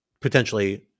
potentially